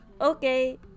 Okay